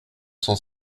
cent